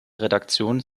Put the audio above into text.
redaktion